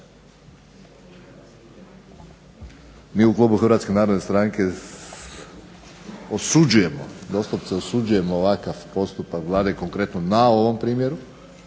Mi u klubu HNS-e osuđujemo, doslovce osuđujemo ovakav postupak Vlade konkretno na ovom primjeru,